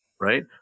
Right